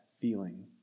feeling